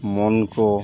ᱢᱚᱱ ᱠᱚ